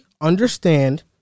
understand